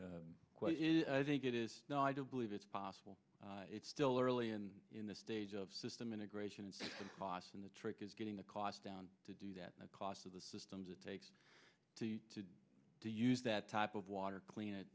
that i think it is now i do believe it's possible it's still early and in the stage of system integration and cost in the trick is getting the cost down to do that and the cost of the systems it takes to do use that type of water clean it